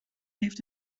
heeft